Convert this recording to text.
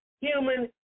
human